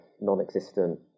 non-existent